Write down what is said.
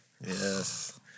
Yes